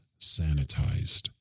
sanitized